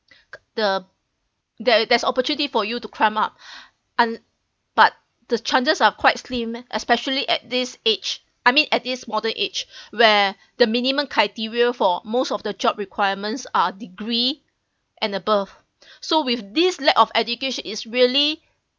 the there there's opportunity for you to climb up un~ but the chances are quite slim especially at this age I mean at this modern age where the minimum criteria for most of the job requirements are degree and above so with this lack of education is really